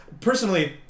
personally